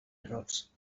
errors